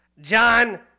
John